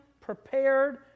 prepared